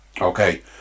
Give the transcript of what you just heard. okay